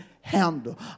handle